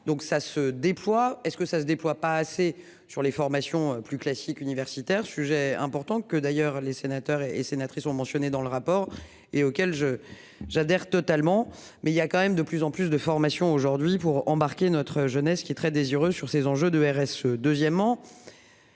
donc ça se déploie. Est-ce que ça se déploie pas assez sur les formations plus classique universitaire sujet important que d'ailleurs les sénateurs et sénatrices ont mentionné dans le rapport et auquel je j'adhère totalement. Mais il y a quand même de plus en plus de formation aujourd'hui pour embarquer notre jeunesse qui est très désireux, sur ces enjeux de RSE.